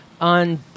on